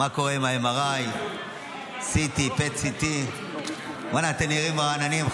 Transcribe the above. מה קורה עם ה-MRI, CT, PET-CT. אתם נראים רעננים.